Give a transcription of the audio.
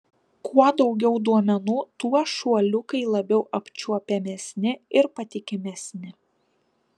kuo daugiau duomenų tuo šuoliukai labiau apčiuopiamesni ir patikimesni